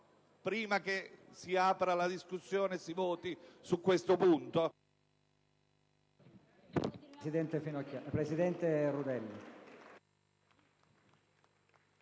prima che si apra la discussione e si voti su questo punto?